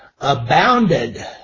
abounded